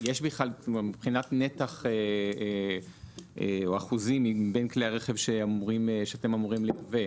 יש בכלל מבחינת נתח או אחוזים מבין כלי הרכב שאתם אמורים לייבא,